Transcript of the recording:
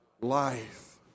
life